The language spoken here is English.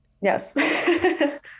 Yes